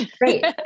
Great